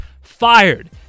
fired